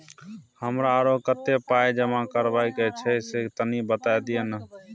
हमरा आरो कत्ते पाई जमा करबा के छै से तनी बता दिय न?